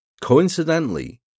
Coincidentally